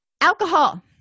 Alcohol